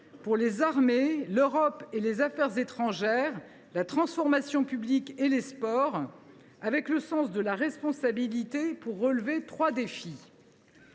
pour les armées, l’Europe et les affaires étrangères, la transformation publique et les sports, avec le sens de la responsabilité, afin de relever trois défis.